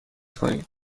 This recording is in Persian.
کنید